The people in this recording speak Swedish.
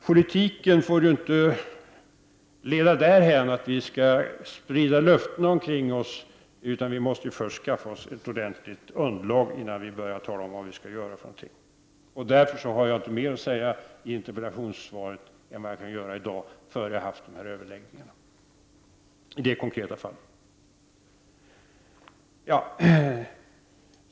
Politiken får inte leda till att vi sprider löften omkring oss — vi måste först skaffa oss ett ordentligt underlag, innan vi börjar tala om vad vi skall göra. Därför har jag inte mer att säga i interpellationssvaret än vad jag gjort i dag — innan jag fört överläggningar i det konkreta fallet.